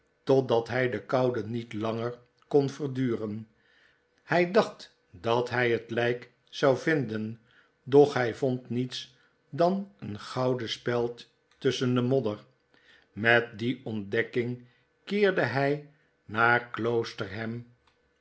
totdat hij de koude niet langer kon verduren hij dacht dat hijhetlijk zou vinden doch hij vond niets dan een gouden speld tusschen den modder met die ontdekking keerde hij naar kloosterham